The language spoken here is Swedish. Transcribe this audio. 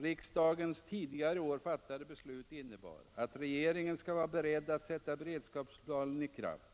Riksdagens tidigare i år fattade beslut innebar att regeringen skulle vara beredd att sätta beredskapsplanen i kraft.